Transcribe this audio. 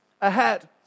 ahead